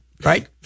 Right